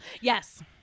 Yes